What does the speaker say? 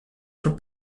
for